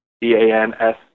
D-A-N-S-